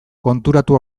konturatu